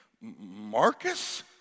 Marcus